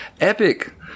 epic